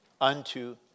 Unto